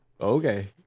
Okay